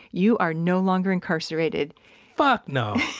you are no longer incarcerated fuck no!